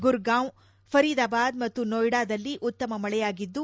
ಗುರ್ಗಾಂವ್ ಫರೀದಾಬಾದ್ ಮತ್ತು ನೋಯ್ವಾದಲ್ಲಿ ಉತ್ತಮ ಮಳೆಯಾಗಿದ್ದು